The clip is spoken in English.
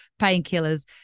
painkillers